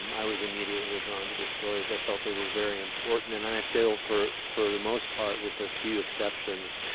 um i was immediately drawn to the stories. i felt they were very important. and and i feel for for the most part, with a few exceptions,